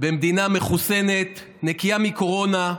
במדינה מחוסנת, נקייה מקורונה,